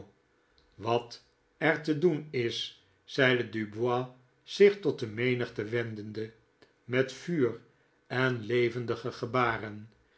wat er te doen is zeide dubois zich tot de menigte wendende met vuur en levendige gebaren